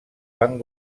van